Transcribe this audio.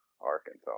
Arkansas